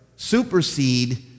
supersede